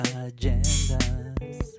agendas